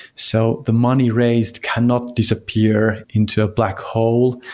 so the money raised cannot disappear into a black hole.